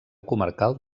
comarcal